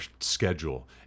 schedule